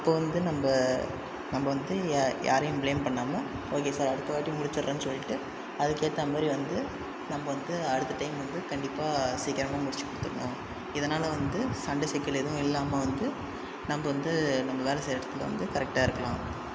அப்போ வந்து நம்ம நம்ம வந்து யாரையும் ப்ளேம் பண்ணாமல் ஓகே சார் அடுத்தவாட்டி முடிச்சிடுறன் சொல்லிட்டு அதுக்கேற்ற மாதிரி வந்து நம்ம வந்து அடுத்த டைம் வந்து கண்டிப்பாக சீக்கிரமா முடிச்சு கொடுத்துட்ணும் இதனால் வந்து சண்டை சிக்கல் எதுவும் இல்லாமல் வந்து நம்ம வந்து நம்ம வேலை செய்கிற இடத்துல வந்து கரெக்ட்டாக இருக்கலாம்